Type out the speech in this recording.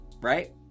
right